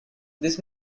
this